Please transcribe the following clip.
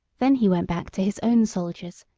then he went back to his own soldiers,